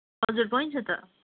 हजुर पाइन्छ त